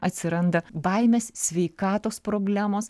atsiranda baimės sveikatos problemos